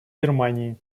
германии